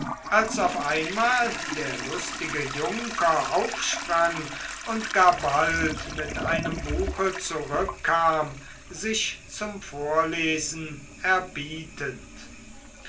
als auf einmal der lustige junker aufsprang und gar bald mit einem buche zurückkam sich zum vorlesen erbietend